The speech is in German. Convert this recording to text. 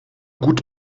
gut